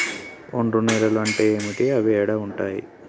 ఒండ్రు నేలలు అంటే ఏంటి? అవి ఏడ ఉంటాయి?